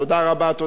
תודה רבה, תודה רבה.